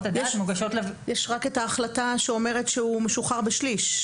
יש רק את ההחלטה שאומרת שהוא משוחרר בשליש.